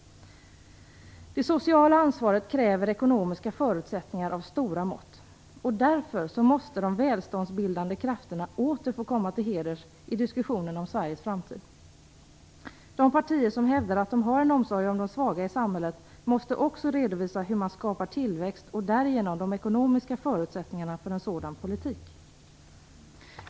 Det sociala ansvaret kräver ekonomiska förutsättningar av stora mått. Därför måste de välståndsbildande krafterna åter få komma till heders i diskussionen om Sveriges framtid. De partier som hävdar att de har en omsorg om de svaga i samhället måste också redovisa hur man skapar tillväxt och därigenom de ekonomiska förutsättningarna för en sådan politik.